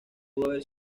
haber